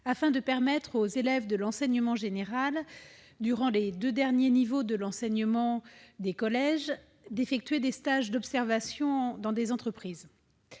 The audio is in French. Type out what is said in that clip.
afin de permettre aux élèves de l'enseignement général, durant les deux derniers niveaux de l'enseignement des collèges, d'effectuer des stages d'observation dans des entreprises.